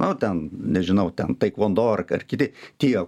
na ten nežinau ten taikvondo ar kiti tie